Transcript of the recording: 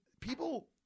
people